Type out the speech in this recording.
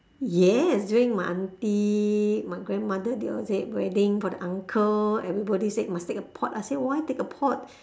yes during my auntie my grandmother they all say wedding for the uncle everybody said must take a pot I say why take a pot